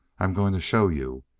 i'm going to show you.